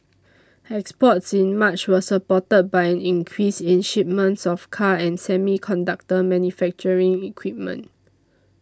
exports in March were supported by an increase in shipments of cars and semiconductor manufacturing equipment